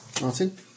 Martin